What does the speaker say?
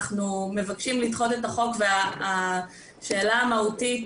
אנחנו מבקשים לדחות את החוק והשאלה המהותית